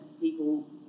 people